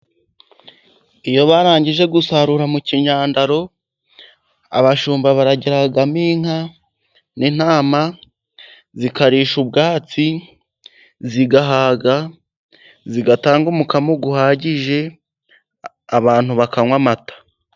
Iyo barangije gusarura mu kinyandaro abashumba baragiramo inka n'intama zikarisha ubwatsi, zigahaga ,zigatanga umukamo uhagije abantu bakanywa amata.